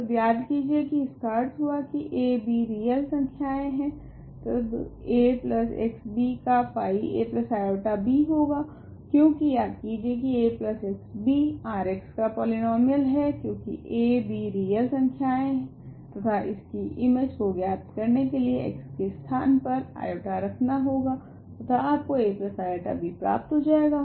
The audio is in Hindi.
तब याद कीजिए की इसका अर्थ हुआ की a b रियल संख्याएँ है तब axb का फाई aib होगा क्योकि याद कीजिए की axb R का पॉलीनोमीयल है क्योकि a b रियल संख्या तथा इसकी इमेज को ज्ञात करने के लिए x के स्थान पर i रखना होगा तथा आपको aib प्राप्त होजाएगा